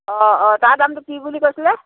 অ' অ' তাৰ দামটো কি বুলি কৈছিলে